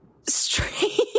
strange